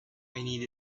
need